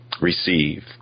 receive